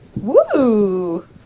Woo